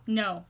no